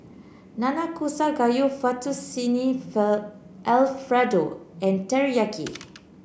Nanakusa Gayu Fettuccine Alfredo and Teriyaki